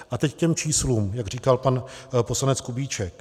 A teď k těm číslům, jak říkal pan poslanec Kubíček.